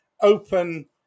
open